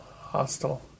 Hostile